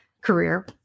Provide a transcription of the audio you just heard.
career